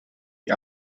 die